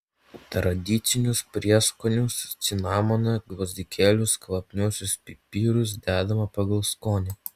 tradicinius prieskonius cinamoną gvazdikėlius kvapniuosius pipirus dedama pagal skonį